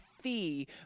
fee